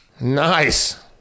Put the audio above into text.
Nice